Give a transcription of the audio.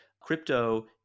Crypto